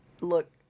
look